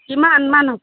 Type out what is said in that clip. কিমান মান হ'ব